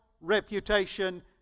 reputation